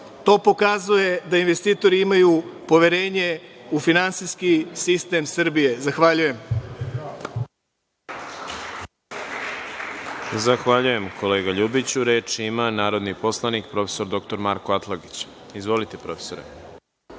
To pokazuje da investitori imaju poverenje u finansijski sistem Srbije. Zahvaljujem. **Đorđe Milićević** Zahvaljujem, kolega Ljubiću. Reč ima narodni poslanik prof. dr Marko Atlagić. Izvolite, profesore.